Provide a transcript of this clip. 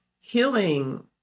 healing